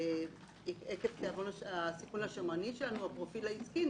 עקב תיאבון הסיכון השמרני שלנו והפרופיל העסקי,